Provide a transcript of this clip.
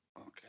Okay